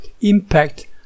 impact